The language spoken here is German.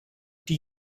die